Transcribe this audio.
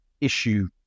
issue